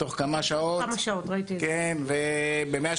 בתוך כמה שעות --- כמה שעות, ראיתי את זה.